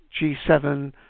g7